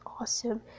awesome